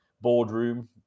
boardroom